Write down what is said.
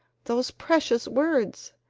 those precious words!